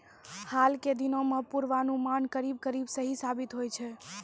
हाल के दिनों मॅ पुर्वानुमान करीब करीब सही साबित होय छै